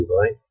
right